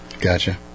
Gotcha